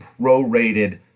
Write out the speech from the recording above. prorated